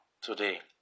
Today